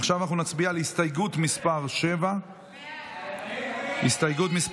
עכשיו אנחנו נצביע על הסתייגות מס' 7. הצבעה.